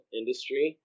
industry